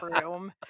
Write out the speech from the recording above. room